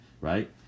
Right